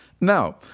Now